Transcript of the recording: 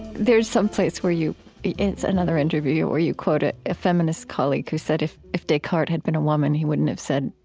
there's some place where you you it's another interview where you quote ah a feminist colleague who said if if descartes had been a woman, he wouldn't have said,